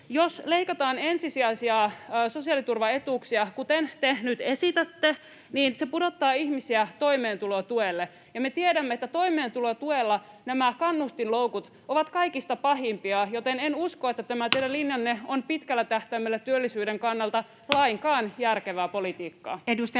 jos leikataan ensisijaisia sosiaaliturvaetuuksia, kuten te nyt esitätte, niin se pudottaa ihmisiä toimeentulotuelle, ja me tiedämme, että toimeentulotuella nämä kannustinloukut ovat kaikista pahimpia, joten en usko, että tämä teidän linjanne on pitkällä tähtäimellä työllisyyden kannalta lainkaan järkevää politiikkaa.